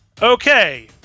okay